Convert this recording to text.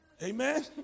Amen